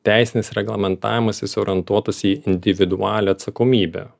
teisinis reglamentavimas jis orientuotas į individualią atsakomybę